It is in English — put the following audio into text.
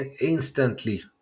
instantly